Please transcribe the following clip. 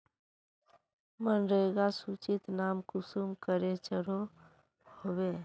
मनरेगा सूचित नाम कुंसम करे चढ़ो होबे?